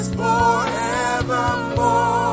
forevermore